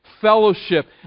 fellowship